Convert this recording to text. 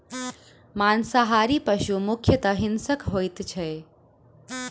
मांसाहारी पशु मुख्यतः हिंसक होइत छै